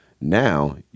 Now